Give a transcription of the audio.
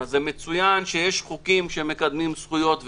מצוין שיש חוקים שמקדמים זכויות וכו',